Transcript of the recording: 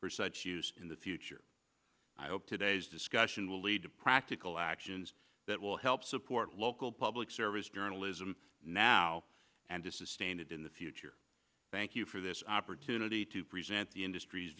for such use in the future i hope today's discussion will lead to practical actions that will help support local public service denialism now and to sustain it in the future thank you for this opportunity to present the industr